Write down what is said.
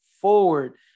forward